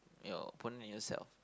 your opponent and yourself